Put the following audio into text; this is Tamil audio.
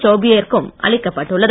சௌபேவிற்கும் அளிக்கப்பட்டுள்ளது